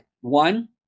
One